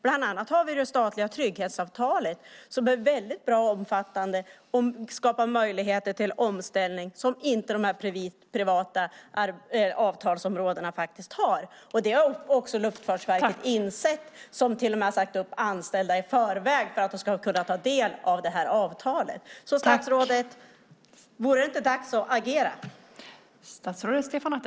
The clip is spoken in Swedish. Bland annat har vi det statliga trygghetsavtalet som är väldigt bra och omfattande och skapar möjligheter till omställning som inte de här privata avtalsområdena har. Det har också Luftfartsverket insett och till och med sagt upp anställda i förväg för att de ska kunna ta del av det avtalet. Vore det inte dags att agera, statsrådet?